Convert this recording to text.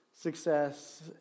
success